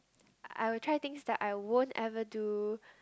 I would try things that I won't ever do